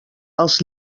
els